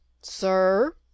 Sir